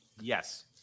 Yes